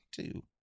two